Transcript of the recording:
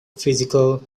physical